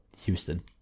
Houston